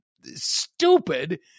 stupid